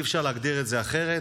אי-אפשר להגדיר את זה אחרת.